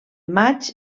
matx